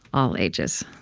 all ages.